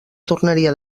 tornaria